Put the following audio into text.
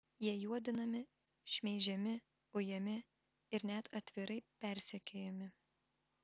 jie juodinami šmeižiami ujami ir net atvirai persekiojami